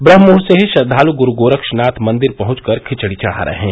ब्रम्हमुहूर्त से ही श्रद्वालु गुरू गोरक्षनाथ मंदिर पहुंच कर खिचड़ी चढ़ा रहे हैं